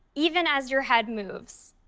even as your head moves.